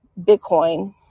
Bitcoin